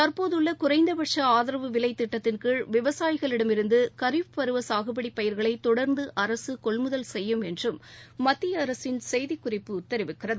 தற்போதுள்ள குறைந்தபட்ச ஆதரவு விலை திட்டத்தின் கீழ் விவசாயிகளிடமிருந்து களீப் சாகுபடி பயிர்களை தொடர்ந்து அரசு கொள்முதல் செய்யும் என்றும் மத்திய அரசின் செய்திக்குறிப்பு தெரிவிக்கிறது